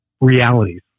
realities